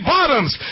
Bottoms